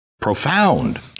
profound